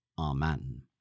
Amen